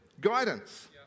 guidance